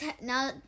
now